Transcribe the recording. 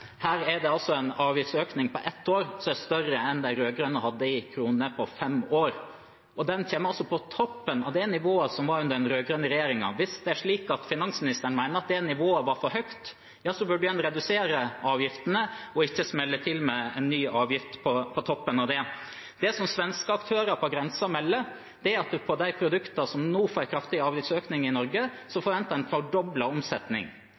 Her er det altså en avgiftsøkning på ett år som er større enn de rød-grønne hadde i kroner på fem år. Den kommer på toppen av det nivået som var under den rød-grønne regjeringen. Hvis det er slik at finansministeren mener det nivået var for høyt, burde man redusere avgiftene og ikke smelle til med en ny avgift på toppen av det. Det som svenske aktører på grensen melder, er at en for de produktene som nå får en kraftig avgiftsøkning i Norge, forventer fordoblet omsetning.